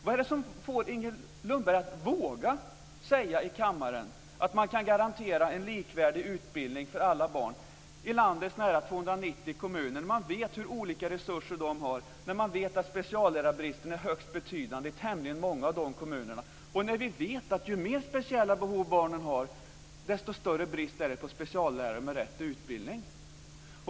Vad är det som får Inger Lundberg att våga säga i kammaren att man kan garantera en likvärdig utbildning för alla barn i landets nära 290 kommuner, när man vet hur olika resurser de har, när man vet att speciallärarbristen är högst betydande i tämligen många av de kommunerna och när vi vet att ju mer speciella behov barnen har, desto större brist är det på speciallärare med rätt utbildning?